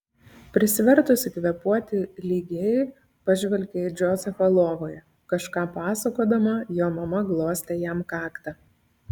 prisivertusi kvėpuoti lygiai pažvelgė į džozefą lovoje kažką pasakodama jo mama glostė jam kaktą